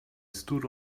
stood